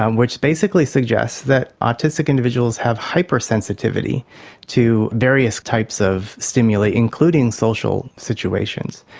um which basically suggests that autistic individuals have hypersensitivity to various types of stimuli, including social situations.